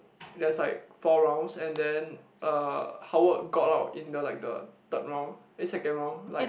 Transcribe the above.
there's like four rounds and then uh Howard got out in the like the third round eh second round like